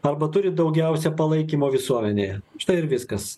arba turi daugiausia palaikymo visuomenėje štai ir viskas